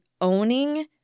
owning